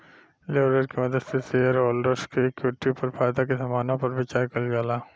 leverage के मदद से शेयरहोल्डर्स के इक्विटी पर फायदा के संभावना पर विचार कइल जाला